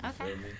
Okay